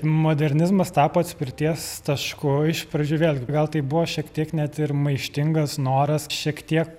modernizmas tapo atspirties tašku iš pradžių vėlgi gal tai buvo šiek tiek net ir maištingas noras šiek tiek